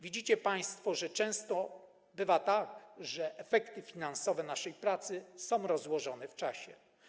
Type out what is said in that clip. Widzicie państwo, że często bywa tak, że efekty finansowe naszej pracy są rozłożone w czasie.